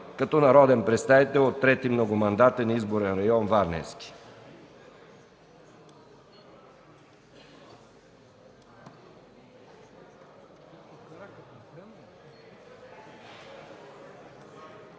като народен представител от 3. многомандатен избирателен район Варненски.